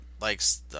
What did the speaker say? likes